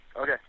Okay